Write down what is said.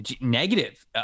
negative